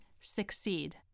succeed